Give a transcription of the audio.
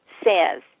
says